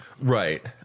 Right